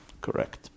Correct